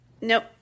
Nope